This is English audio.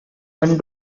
when